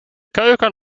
keuken